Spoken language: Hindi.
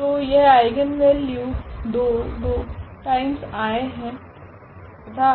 तो यह आइगनवेल्यू 2 दो टाइम्स आए है तथा